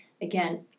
again